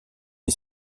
est